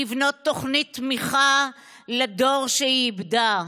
לבנות תוכנית תמיכה לדור שאיבדת,